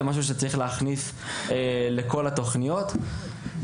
צריך להיכנס לכל התוכניות של הסיורים.